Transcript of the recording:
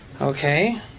Okay